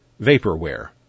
vaporware